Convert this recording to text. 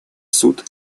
суд